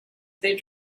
they